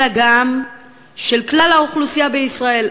אלא גם של כלל האוכלוסייה בישראל.